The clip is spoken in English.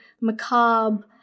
macabre